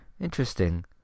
Interesting